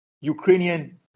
Ukrainian